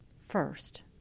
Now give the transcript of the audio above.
First